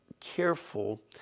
careful